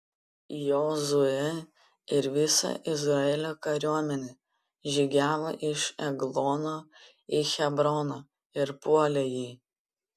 jozuė ir visa izraelio kariuomenė žygiavo iš eglono į hebroną ir puolė jį